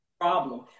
problem